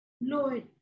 Lord